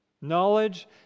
Knowledge